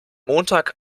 montag